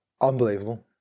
Unbelievable